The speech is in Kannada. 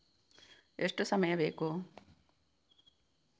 ಎಷ್ಟು ಸಮಯ ಬೇಕು?